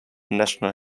natural